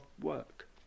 work